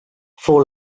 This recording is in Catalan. fou